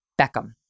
Beckham